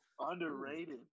Underrated